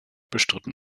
bestritten